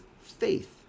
faith